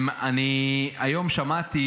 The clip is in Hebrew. היום שמעתי